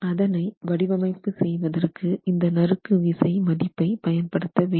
அதனை வடிவமைப்பு செய்வதற்கு இந்த நறுக்கு விசை மதிப்பை பயன்படுத்த வேண்டும்